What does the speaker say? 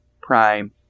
Prime